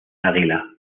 águila